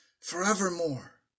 forevermore